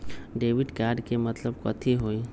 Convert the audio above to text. Debit card के मतलब कथी होई?